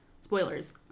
spoilers